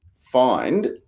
find